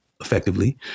effectively